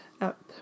up